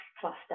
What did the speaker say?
Cluster